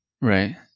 Right